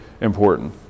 important